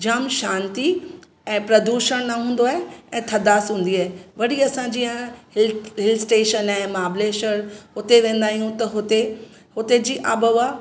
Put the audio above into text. जाम शांती ऐं प्रदूषण न हूंदो आहे ऐं थधासि हूंदी आहे वरी असां जीअं हिल हिलस्टेशन आहे महाबलेश्वर उते वेंदा आहियूं त हुते उते जी आबहवा